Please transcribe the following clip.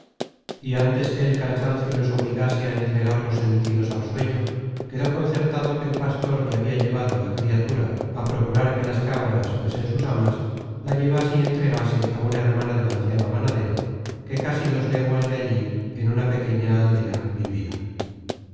y ántes que el cansancio les obligase á entregar los sentidos al sueño quedó concertado que el pastor que habia llevado la criatura á procurar que las cabras fuesen sus amas la llevase y entregase á una hermana del anciano ganadero que casi dos leguas de allí en una pequeña aldea vivia